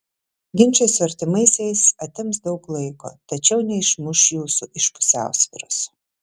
ginčai su artimaisiais atims daug laiko tačiau neišmuš jūsų iš pusiausvyros